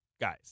guys